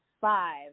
five